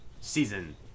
Season